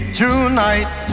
tonight